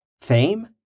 Fame